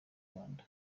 rwanda